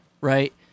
right